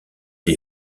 des